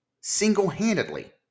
single-handedly